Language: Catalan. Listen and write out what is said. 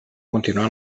continuar